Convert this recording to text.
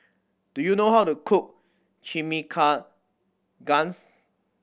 do you know how to cook Chimichangas